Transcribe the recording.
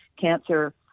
cancer